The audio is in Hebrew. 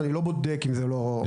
בעצם לפזר מתקני כוח.